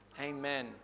amen